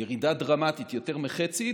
ירידה דרמטית, יותר מחצי.